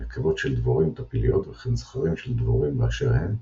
נקבות של דבורים טפיליות וכן זכרים של דבורים באשר הם,